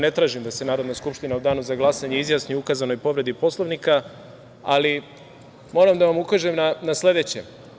Ne tražim da se Narodna skupština u danu za glasanje izjasni o ukazanoj povredi Poslovnika, ali moram da vam ukažem na sledeće.